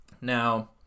now